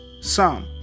Psalm